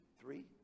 three